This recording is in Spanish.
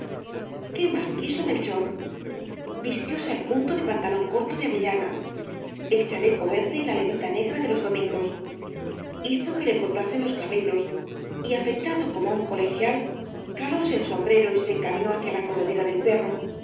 qué más quiso melchor vistióse al punto de pantalón color de avellana el chaleco verde y la levita negra de los domingos hizo que le cortasen los cabellos y afeitado como un colegial calóse el sombrero y se encaminó hacia la corredera del perro